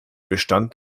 bestand